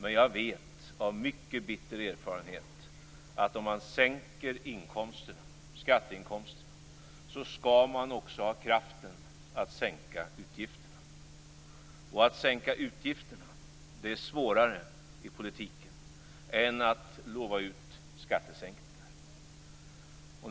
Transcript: Men jag vet av mycket bitter erfarenhet att om man sänker skatteinkomsterna skall man också ha kraften att sänka utgifterna. Att sänka utgifterna är svårare i politiken än att lova ut skattesänkningar.